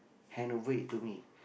hand over it to me